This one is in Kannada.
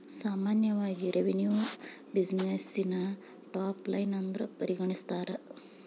ಸಾಮಾನ್ಯವಾಗಿ ರೆವೆನ್ಯುನ ಬ್ಯುಸಿನೆಸ್ಸಿನ ಟಾಪ್ ಲೈನ್ ಅಂತ ಪರಿಗಣಿಸ್ತಾರ?